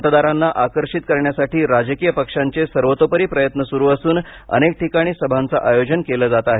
मतदारांना आकर्षित करण्यासाठी राजकीय पक्षांचे सर्वतोपरी प्रयत्न सुरू असून अनेक ठिकाणी सभांचं आयोजन केलं जात आहे